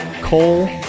Cole